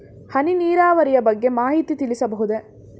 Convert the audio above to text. ಹನಿ ನೀರಾವರಿಯ ಬಗ್ಗೆ ಮಾಹಿತಿ ತಿಳಿಸಬಹುದೇ?